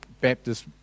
Baptist